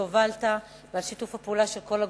שהובלת ועל שיתוף הפעולה של כל הגורמים.